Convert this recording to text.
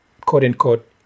quote-unquote